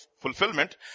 fulfillment